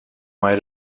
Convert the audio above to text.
way